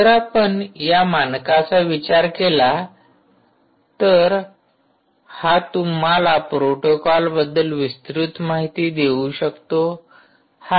जर आपण या मानकांचा विचार केला तर हा तुम्हाला प्रोटोकॉलबद्दल विस्तृत माहिती देऊ शकतो